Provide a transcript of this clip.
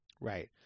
Right